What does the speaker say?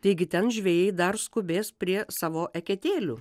taigi ten žvejai dar skubės prie savo eketėliu